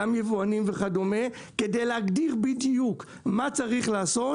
גם יבואנים וכדומה כדי להגדיר בדיוק מה צריך לעשות